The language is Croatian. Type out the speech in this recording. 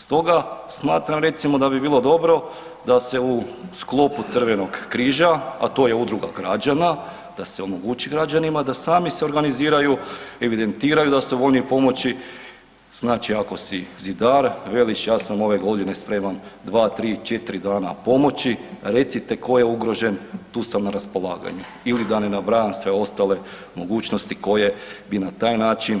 Stoga smatram recimo da bi bilo dobro da se u sklopu crvenog križa, a to je udruga građana, da se omogući građanima da sami se organiziraju i evidentiraju da su voljni pomoći, znači ako si zidar veliš ja sam ove godine spreman 2, 3, 4 dana pomoći, recite ko je ugrožen tu sam na raspolaganju ili da ne nabrajam sve ostale mogućnosti koje bi na taj način,